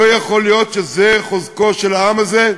לא יכול להיות שזה חוזקו של העם הזה,